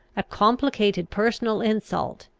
a complicated personal insult,